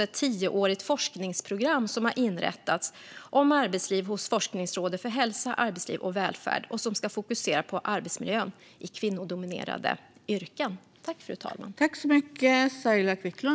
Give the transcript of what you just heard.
Ett tioårigt forskningsprogram har också inrättats hos Forskningsrådet för hälsa, arbetsliv och välfärd som ska fokusera på arbetsmiljön i kvinnodominerade yrken.